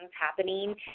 happening